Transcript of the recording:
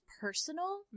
personal